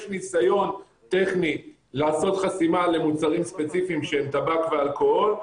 יש ניסיון טכני לעשות חסימה למוצרים ספציפיים שהם טבק ואלכוהול,